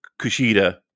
Kushida